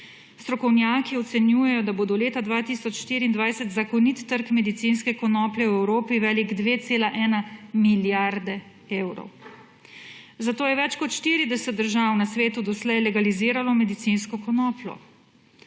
Strokovnjaki ocenjujejo, da bo do leta 2024 zakonit trg medicinske konoplje v Evropi velik 2,1 milijarde evrov, zato je več kot 40 držav na svetu doslej legaliziralo medicinsko konopljo.